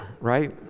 right